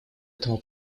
этому